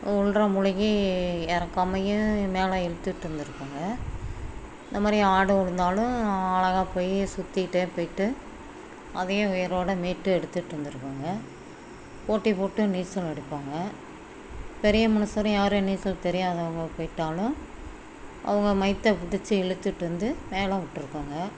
உள்றே முழுகி இறக்காமையும் மேலே இழுத்துட்ருந்துருக்கறோங்க இந்த மாதிரி ஆடு உழுந்தாலும் அழகா போய் சுற்றிட்டே போயிட்டு அதையும் உயிரோடு மீட்டு எடுத்துகிட்டு வந்திருக்கோங்க போட்டி போட்டு நீச்சல் அடிப்போங்க பெரிய மனிசரு யாரும் நீச்சல் தெரியாதவங்க போய்விட்டாலும் அவங்க மயித்தை பிடிச்சி இழுத்துட்டு வந்து மேலே விட்ருக்கோங்க